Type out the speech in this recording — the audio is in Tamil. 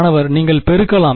மாணவர் நீங்கள் பெருக்கலாம்